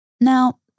Now